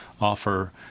offer